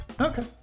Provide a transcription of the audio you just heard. Okay